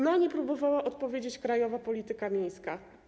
Na nie próbowała odpowiedzieć krajowa polityka miejska.